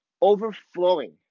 overflowing